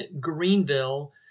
Greenville